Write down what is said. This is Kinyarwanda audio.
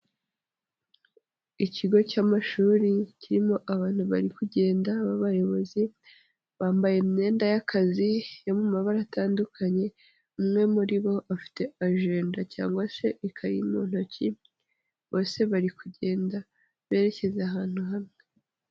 Ikigo cy'amashuri kirimo abantu bari kugenda b'abayobozi bambaye imyenda y'akazi iri mu mabara atandukanye umwe muri bo afite ajenda cyangwa se ikayi mu ntoki bose bari kugenda berekeza ahantu hamwe.